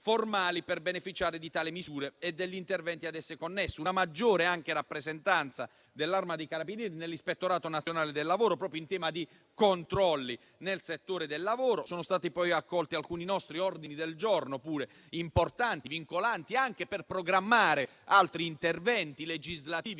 per beneficiare di tali misure e degli interventi ad esse connessi. È prevista una maggiore rappresentanza dell'Arma dei carabinieri nell'Ispettorato nazionale del lavoro, proprio in tema di controlli nel settore del lavoro. Sono stati poi accolti anche alcuni nostri ordini del giorno, importanti e vincolanti, anche per programmare altri interventi legislativi